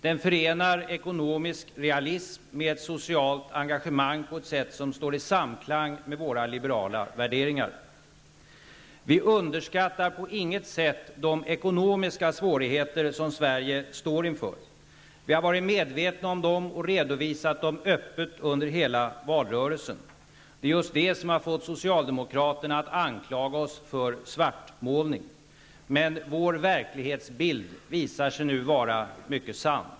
Den förenar ekonomisk realism med socialt engagemang, på ett sådant sätt att det står i samklang med våra liberala värderingar. Vi underskattar på inget sätt de ekonomiska svårigheter som Sverige står inför. Vi har varit medvetna om dem och har öppet redovisat dem under hela valrörelsen. De är just detta som har fått socialdemokraterna att anklaga oss för svartmålning, men vår verklighetsbild visar sig nu vara mycket sann.